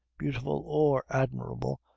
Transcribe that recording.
beautiful, or admirable,